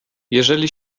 jeżeli